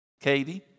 Katie